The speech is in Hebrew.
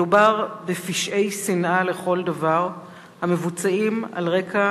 מדובר בפשעי שנאה לכל דבר המבוצעים על רקע